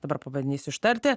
dabar pabandys ištarti